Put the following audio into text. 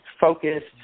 focused